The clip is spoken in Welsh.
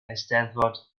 eisteddfod